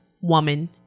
woman